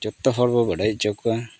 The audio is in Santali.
ᱡᱚᱛᱚ ᱦᱚᱲ ᱵᱚᱱ ᱵᱟᱰᱟᱭ ᱦᱚᱪᱚ ᱠᱚᱣᱟ